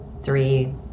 three